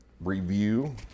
review